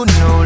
no